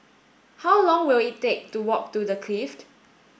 how long will it take to walk to The Clift